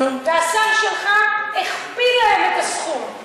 השר שלך הכפיל להן את הסכום,